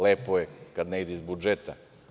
Lepo je kad ne ide iz budžeta.